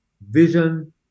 vision